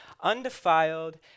undefiled